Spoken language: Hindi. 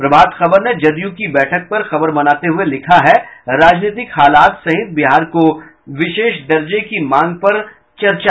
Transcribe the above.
प्रभात खबर ने जदयू की बैठक पर खबर बनाते हुये लिखा है राजनीतिक हालात सहित बिहार को विशेष दर्जे की मांग पर चर्चा